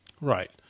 Right